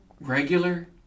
Regular